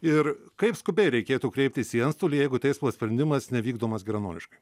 ir kaip skubiai reikėtų kreiptis į antstolį jeigu teismo sprendimas nevykdomas geranoriškai